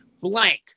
blank